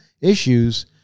issues